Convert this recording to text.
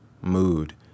mood